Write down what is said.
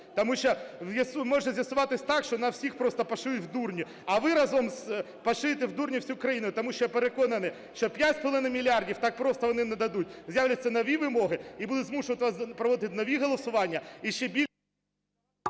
Тому що може з'ясуватися так, що нас всіх просто пошиють в дурні, а ви разом пошиєте в дурні всю країну, тому що я переконаний, що 5,5 мільярда так просто вони не дадуть, з'являться нові вимоги і будуть змушувати вас проводити нові голосування…